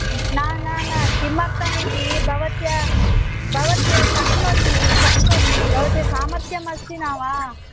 न न न किमर्तमिति भवत्या भवत्य शक्नोति शक्नोति भवति सामर्त्यमस्ति न वा